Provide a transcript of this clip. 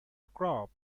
crop